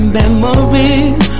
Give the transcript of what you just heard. memories